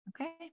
Okay